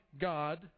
God